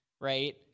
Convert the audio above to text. right